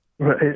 Right